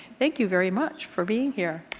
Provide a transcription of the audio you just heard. thank you very much for being here.